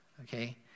okay